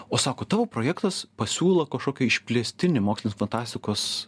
o sako tavo projektas pasiūlo kažkokią išplėstinį mokslinės fantastikos